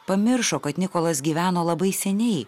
pamiršo kad nikolas gyveno labai seniai